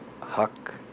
Huck